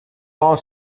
are